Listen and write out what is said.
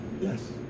Yes